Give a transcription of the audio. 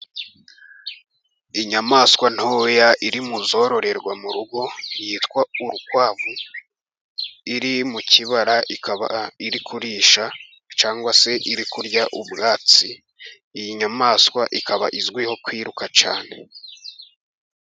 Inyamaswa ntoya iri mu zororerwa mu rugo yitwa urukwavu, iri mu kibara ikaba iri kurisha cg se iri kurya ubwatsi, iyi nyamaswa ikaba izwiho kwiruka cyane.